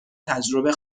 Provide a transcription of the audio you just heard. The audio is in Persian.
تجربه